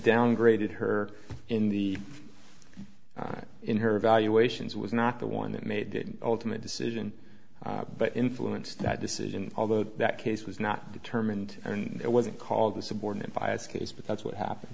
downgraded her in the in her evaluations was not the one that made the ultimate decision but influence that decision although that case was not determined and it wasn't called the subordinate bias case but that's what happened